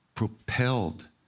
propelled